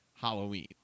Halloween